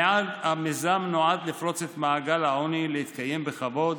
המיזם נועד לפרוץ את מעגל העוני, להתקיים בכבוד